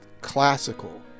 classical